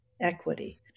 equity